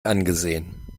angesehen